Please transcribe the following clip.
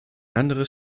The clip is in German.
anderes